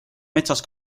metsas